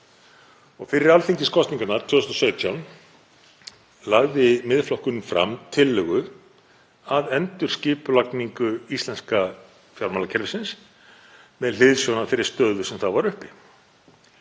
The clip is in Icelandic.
Fyrir alþingiskosningarnar 2017 lagði Miðflokkurinn fram tillögu að endurskipulagningu íslenska fjármálakerfisins með hliðsjón af þeirri stöðu sem þá var uppi,